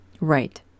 right